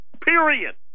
Period